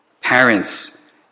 parents